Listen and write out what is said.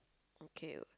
okay